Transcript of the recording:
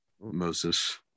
Moses